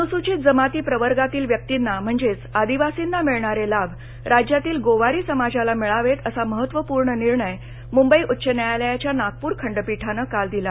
अनुसूचित जमाती प्रवर्गातील व्यक्तींना म्हणजेच आदिवासींना मिळणारे लाभ राज्यातील गोवारी समाजाला मिळावेत असा महत्त्वपूर्ण निर्णय मुंबई उच्च न्यायालयाच्या नागपूर खंडपीठानं काल दिला